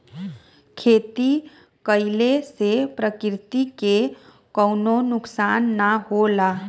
खेती कइले से प्रकृति के कउनो नुकसान ना होला